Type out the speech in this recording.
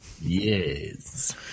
Yes